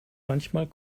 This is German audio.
manchmal